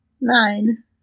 Nine